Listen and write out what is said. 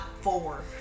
four